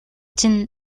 чинь